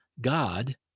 God